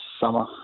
summer